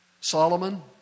Solomon